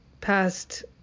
past